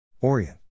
Orient